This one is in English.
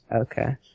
Okay